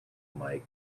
mike